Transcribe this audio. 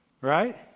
Right